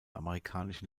amerikanischen